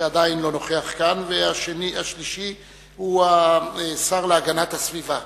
שעדיין לא נוכח כאן, השלישי הוא השר להגנת הסביבה.